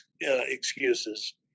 excuses